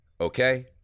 okay